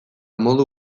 modu